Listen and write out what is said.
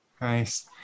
Nice